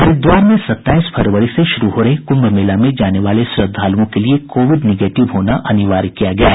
हरिद्वार में सत्ताईस फरवरी से शुरू हो रहे कुंभ मेला में जाने वाले श्रद्धालुओं के लिए कोविड निगेटिव होना अनिवार्य किया गया है